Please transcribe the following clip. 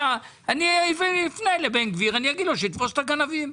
אני אפנה לבן גביר, אני אגיד לו שיתפוס את הגנבים.